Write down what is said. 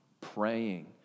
praying